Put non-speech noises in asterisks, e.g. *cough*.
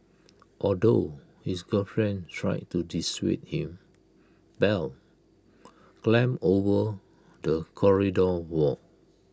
although his girlfriend tried to dissuade him bell *noise* climbed over the corridor wall